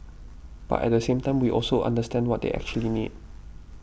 but at the same time we also understand what they actually need